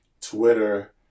Twitter